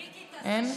אין?